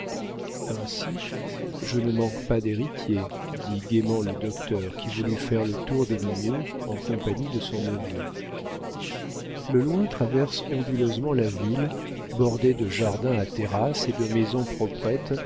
ainsi je ne manque pas d'héritiers dit gaiement le docteur qui voulut faire le tour de nemours en compagnie de son neveu le loing traverse onduleusement la ville bordé de jardins à terrasses et de maisons proprettes